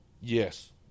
Yes